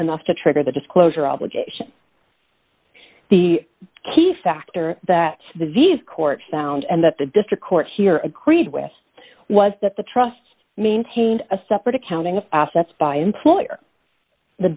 enough to trigger the disclosure obligation the key factor that the v's court found and that the district court here agreed with was that the trust maintained a separate accounting of assets by employer the